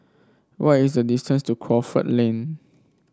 what is the distance to Crawford Lane